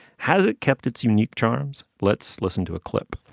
has it kept its unique charms. let's listen to a clip.